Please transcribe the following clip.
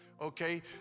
okay